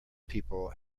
people